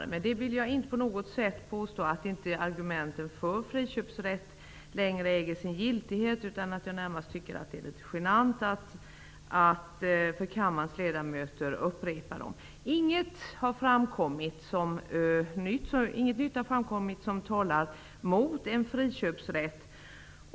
Men med det vill jag inte på något sätt påstå att argumenten för friköpsrätt inte längre äger sin giltighet utan bara att jag närmast tycker att det är litet genant att upprepa dem för kammarens ledamöter. Inget nytt har framkommit som talar mot en friköpsrätt.